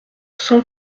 cent